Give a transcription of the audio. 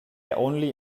only